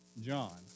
John